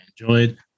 enjoyed